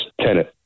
tenant